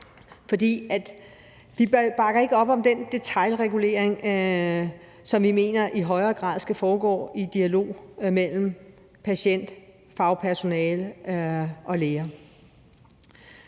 Vi bakker ikke op om en detailregulering, og vi mener, at det i højere grad skal foregå i en dialog mellem patient, fagpersonale og læge.